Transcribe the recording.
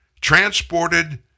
transported